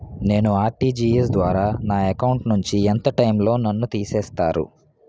నేను ఆ.ర్టి.జి.ఎస్ ద్వారా నా అకౌంట్ నుంచి ఎంత టైం లో నన్ను తిసేస్తారు?